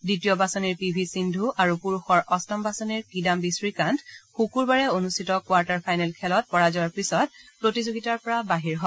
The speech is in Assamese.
দ্বিতীয় বাছনিৰ পি ভি সিদ্ধু আৰু পুৰুষৰ অট্টম বাছনিৰ কিদাম্বি শ্ৰীকান্ত শুকুৰবাৰে অনুষ্ঠিত কোৱাৰ্টাৰ ফাইনেল খেলত পৰাজয়ৰ পিছত প্ৰতিযোগিতাৰ পৰা বাহিৰ হয়